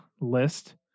list